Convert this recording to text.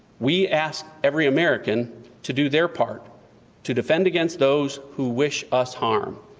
we ask every american to do their part to defend against those who wish us harm.